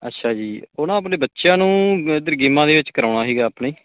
ਅੱਛਾ ਜੀ ਉਹ ਨਾ ਆਪਣੇ ਬੱਚਿਆਂ ਨੂੰ ਇੱਧਰ ਗੇਮਾਂ ਦੇ ਵਿੱਚ ਕਰਾਉਣਾ ਸੀਗਾ ਆਪਣੇ